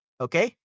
Okay